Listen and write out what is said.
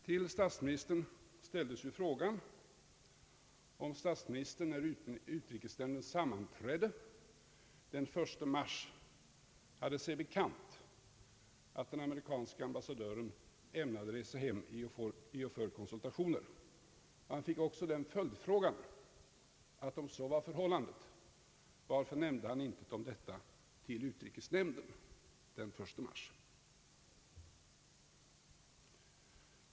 Till statsministern ställdes ju frågan om han, när utrikesnämnden sammanträdde den 1 mars, hade sig bekant att den amerikanske ambassadören ämnade resa hem i och för konsultationer. Statsministern fick även följdfrågan, varför han inte, om så var förhållandet, nämnde detta för utrikesnämnden den 1 mars.